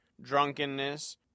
drunkenness